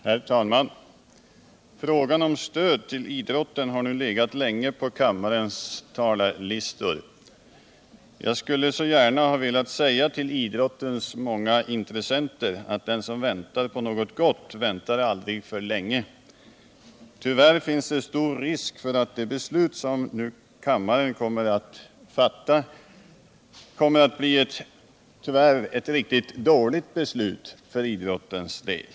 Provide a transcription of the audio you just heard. Herr talman! Frågan om stöd till idrotten har nu legat länge på kammarens bord. Jag skulle så gärna ha velat säga till idrottens många intressenter att den som väntar på något gott väntar aldrig för länge. Tyvärr finns det stor risk för att det beslut som kammaren kommer att fatta blir ett riktigt dåligt beslut för idrottens del.